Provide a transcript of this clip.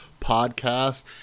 Podcast